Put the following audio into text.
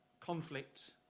conflict